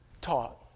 taught